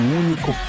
único